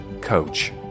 coach